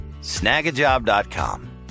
snagajob.com